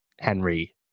henry